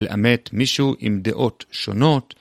לאמת מישהו עם דעות שונות.